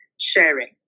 sharing